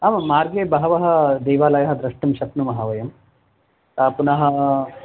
आमां मार्गे बहवः देवालयः द्रष्टुं शक्नुमः वयं पुनः